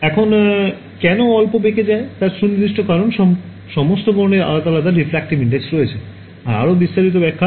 এখন কেন অল্প বেঁকে যায় তার সুনির্দিষ্ট কারণ হল সমস্ত বর্ণের আলাদা আলাদা refractive index রয়েছে যা আরও বিস্তারিত ব্যাখ্যা